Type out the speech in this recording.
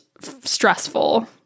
stressful